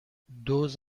دُز